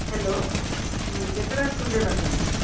hello ହୁଁ କେତେଟା student ଅଛନ୍ତି